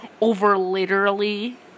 over-literally